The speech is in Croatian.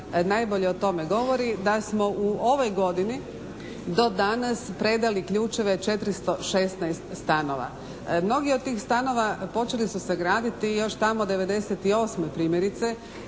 najbolje o tome govori da smo u ovoj godini do danas predali ključeve 416 stanova. Mnogi od tih stanova počeli su se graditi još tamo '98. primjerice